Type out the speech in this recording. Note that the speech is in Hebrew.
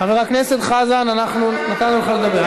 חבר הכנסת חזן, אנחנו נתנו לך לדבר.